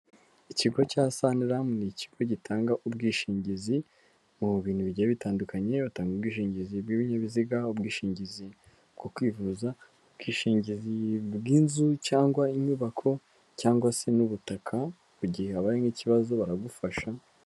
Ikigo cya saniramu, ni ikigo gitanga ubwishingizi, mu bintu bijya bitandukanye, iyo batanga ubwishingizi bw'ibinyabiziga, ubwishingizi bwo kwivuza, ubwishingizi bw'inzu, cyangwa inyubako, cyangwa se n'ubutaka, mu gihe habaye nk'ikibazo baragufasha.